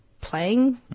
playing